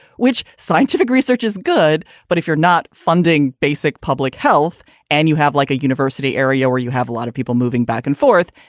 which scientific research is good. but if you're not funding basic public health and you have like a university area where you have a lot of people moving back and forth,